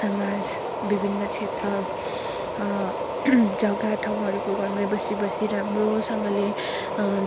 समाज विभिन्न क्षेत्र जग्गा ठाउँहरूको घरमै बसी बसी राम्रोसँगले